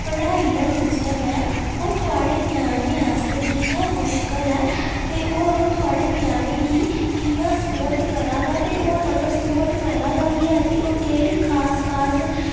पढ़ाई दा सिस्टम ऐ ओह् थुआढ़े ञ्यानें आस्तै कि'यां मुश्कल ऐ ते होर ओह् थुआढ़े ञ्यानें गी' कि'यां स्पोर्ट करा दा ते अगर स्पोर्ट करा दा बी ऐ तो ओह् केह्ड़ी खास खास